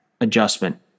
adjustment